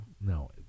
no